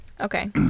Okay